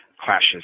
clashes